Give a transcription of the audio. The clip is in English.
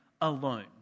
alone